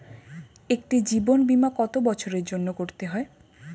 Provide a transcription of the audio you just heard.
একটি জীবন বীমা কত বছরের জন্য করতে হয়?